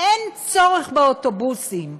אין צורך באוטובוסים.